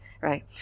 right